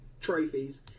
trophies